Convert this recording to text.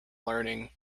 learning